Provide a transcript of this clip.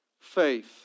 faith